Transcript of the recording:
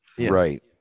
Right